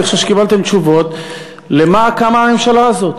חושב שקיבלתם תשובה למה קמה הממשלה הזאת.